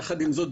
יחד עם זאת,